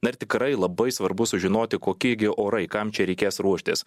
na ir tikrai labai svarbu sužinoti kokie gi orai kam čia reikės ruoštis